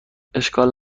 اشکال